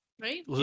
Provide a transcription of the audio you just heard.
right